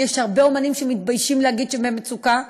כי יש הרבה אמנים שמתביישים להגיד שהם במצוקה.